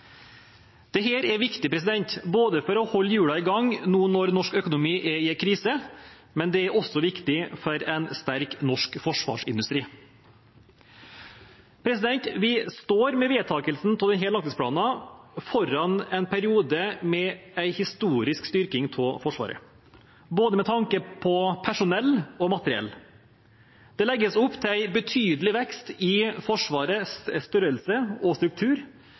er viktig for å holde hjulene i gang nå når norsk økonomi er i en krise, men det er også viktig for en sterk norsk forsvarsindustri. Vi står med vedtakelsen av denne langtidsplanen foran en periode med en historisk styrking av Forsvaret, med tanke på både personell og materiell. Det legges opp til en betydelig vekst i Forsvarets størrelse og struktur,